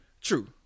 True